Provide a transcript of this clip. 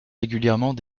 régulièrement